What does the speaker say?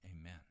Amen